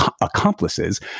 accomplices